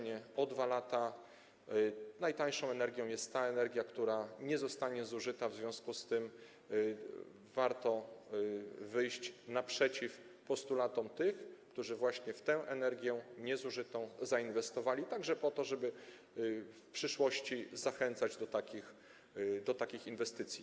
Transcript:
Najtańszą energią jest ta energia, która nie zostanie zużyta, w związku z tym warto wyjść naprzeciw postulatom tych, którzy w tę energię niezużytą zainwestowali, także po to, żeby w przyszłości zachęcać do takich inwestycji.